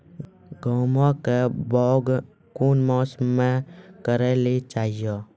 गेहूँमक बौग कून मांस मअ करै लेली चाही?